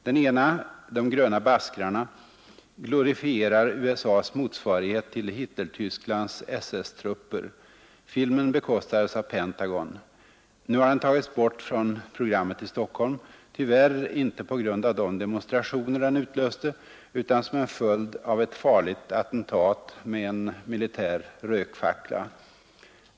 Den ena, De gröna baskrarna, glorifierar USA:s motsvarighet till Hitlertysklands SS-trupper. Filmen bekostades av Pentagon. Nu har den tagits bort från programmet i Stockholm, tyvärr inte på grund av de demonstrationer den utlöste utan som en följd av ett farligt attentat med en militär rökfackla.